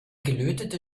gelötete